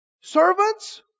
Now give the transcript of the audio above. Servants